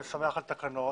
אני שמח על התקנות,